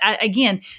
again